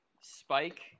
spike